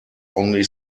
only